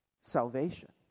Salvation